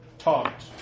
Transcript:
talked